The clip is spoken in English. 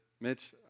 Mitch